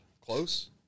close